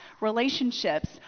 relationships